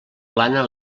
plana